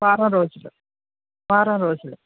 వారం రోజులు వారం రోజులు